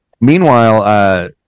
Meanwhile